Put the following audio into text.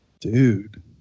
dude